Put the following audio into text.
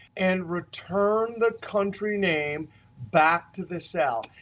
and return the country name back to this cell.